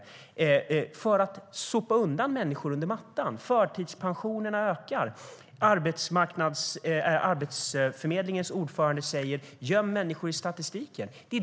Man gör det för att sopa människor under mattan. Förtidspensioneringarna ökar. Arbetsförmedlingens ordförande säger: Göm människor i statistiken.